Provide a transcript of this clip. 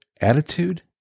attitude